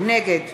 נגד